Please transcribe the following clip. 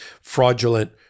fraudulent